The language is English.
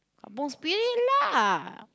kampung Spirit lah